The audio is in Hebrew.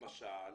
למשל,